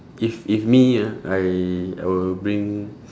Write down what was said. if if me ah I I will bring